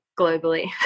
globally